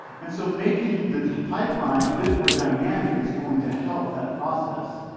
and so making the pipeline a bit more dynamic is going to help that process.